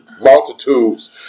multitudes